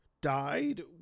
died